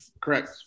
Correct